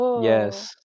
Yes